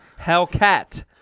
Hellcat